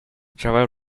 travel